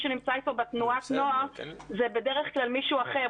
שנמצא איתו בתנועת הנוער זה בדרך כלל מישהו אחר.